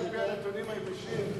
על-פי הנתונים היבשים,